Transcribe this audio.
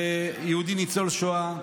יהודי ניצול שואה.